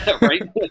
Right